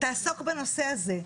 תעסוק בנושא הזה.